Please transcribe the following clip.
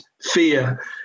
fear